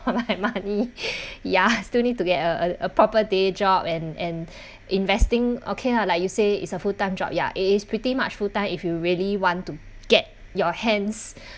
for my money ya still need to get a a a proper day job and and investing okay lah like you say it's a full time job yeah it is pretty much full time if you really want to get your hands